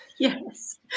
Yes